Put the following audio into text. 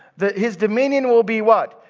that his dominion will be what?